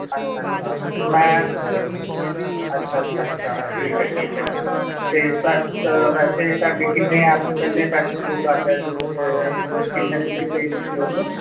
ਅੱਛਾ ਅੱਛਾ ਮੈਂ ਅੱਛਾ ਅੱਛਾ ਅੱਛਾ ਠੀਕ ਹੈ ਠੀਕ ਹੈ ਅਤੇ ਥਾਡ ਅ ਵੈਸੇ ਤੁਹਾਡੇ ਕਿੰਨੇ ਐੱਪ 'ਚ ਪਹਿਲੇ ਪੈਸੇ ਸ਼ੋ ਕਰ ਰਹੇ ਸੀ ਅਤੇ ਫਿਰ ਕਿੰਨੇ ਤੁਸੀਂ ਪੇ ਕੀਤੇ ਉਹਨੂੰ